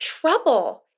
trouble